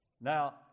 Now